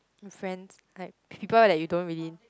friends like people that you don't really